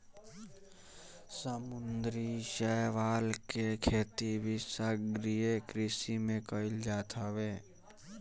समुंदरी शैवाल के खेती भी सागरीय कृषि में कईल जात हवे